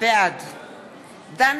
בעד דן